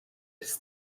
his